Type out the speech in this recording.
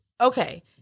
okay